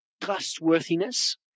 trustworthiness